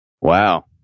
Wow